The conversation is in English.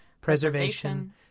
preservation